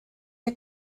der